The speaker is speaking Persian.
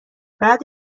بعد